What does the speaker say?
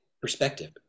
perspective